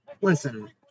Listen